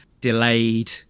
Delayed